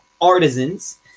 artisans